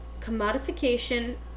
commodification